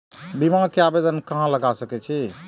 बीमा के आवेदन कहाँ लगा सके छी?